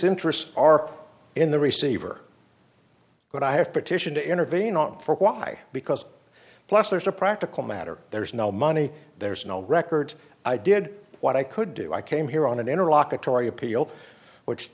interests are in the receiver but i have petition to intervene on why because plus there's a practical matter there's no money there's no record i did what i could do i came here on an